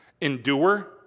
endure